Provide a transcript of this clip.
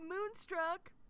Moonstruck